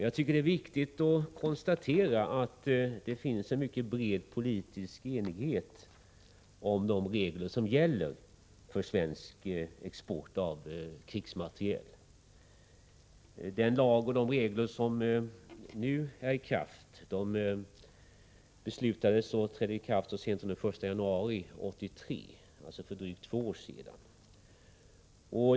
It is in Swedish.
Jag tycker det är viktigt att konstatera att det finns en mycket bred politisk enighet om de regler som gäller för svensk export av krigsmateriel. Den lag och de regler som nu gäller trädde i kraft så sent som den 1 januari 1983, för drygt två år sedan.